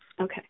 okay